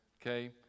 okay